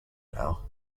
now